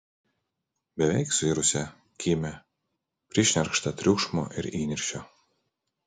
beveik suirusią kimią prišnerkštą triukšmo ir įniršio